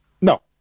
No